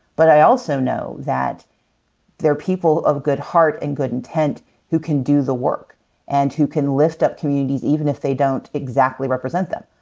but i also know that there are people of good heart and good intent who can do the work and who can lift up communities even if they don't exactly represent them.